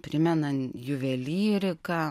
primena juvelyriką